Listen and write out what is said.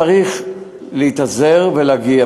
צריך להתאזר בסבלנות ולהגיע.